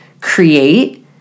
create